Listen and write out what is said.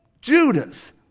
Judas